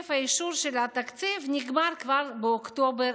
תוקף האישור של התקציב נגמר כבר באוקטובר